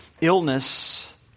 illness